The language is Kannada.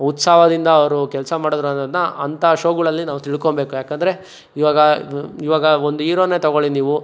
ಉತ್ಸಾಹದಿಂದ ಅವರು ಕೆಲಸ ಮಾಡಿದ್ರು ಅನ್ನೋದನ್ನ ಅಂಥ ಶೋಗಳಲ್ಲಿ ನಾವು ತಿಳ್ಕೊಳ್ಬೇಕು ಯಾಕೆಂದ್ರೆ ಇವಾಗ ಇವಾಗ ಒಂದು ಈರೋನೆ ತೊಗೊಳ್ಳಿ ನೀವು